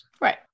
Right